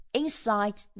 inside